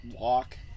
walk